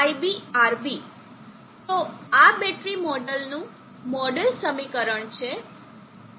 તો આ બેટરી મોડેલનું મોડેલ સમીકરણ છે